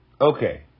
Okay